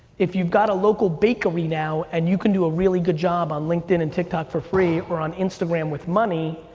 if you've got a local bakery now and you can do a really good job on linkedin and tiktok for free or on instagram with money,